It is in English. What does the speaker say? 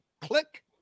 Click